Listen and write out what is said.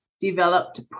developed